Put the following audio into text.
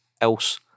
else